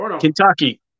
Kentucky